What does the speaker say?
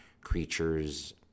creatures